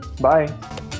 Bye